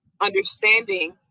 understanding